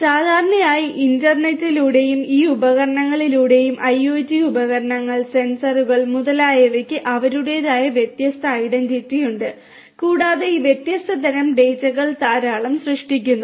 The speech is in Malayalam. സാധാരണയായി ഇന്റർനെറ്റിലൂടെയും ഈ ഉപകരണങ്ങളിലൂടെയും IoT ഉപകരണങ്ങൾ സെൻസറുകൾ മുതലായവയ്ക്ക് അവരുടേതായ വ്യത്യസ്ത ഐഡന്റിറ്റിയുണ്ട് കൂടാതെ ഈ വ്യത്യസ്ത തരം ഡാറ്റകൾ ധാരാളം സൃഷ്ടിക്കുന്നു